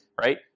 right